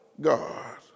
God